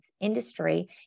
industry